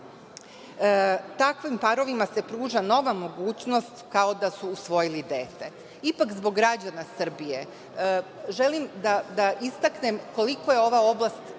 Takvim parovima se pruža nova mogućnost kao da su usvojili dete. Ipak zbog građana Srbije želim da istaknem koliko je ova oblast